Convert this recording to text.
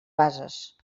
bases